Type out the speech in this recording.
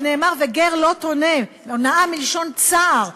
ונאמר: "וגר לא תונה"; הונאה מלשון צער.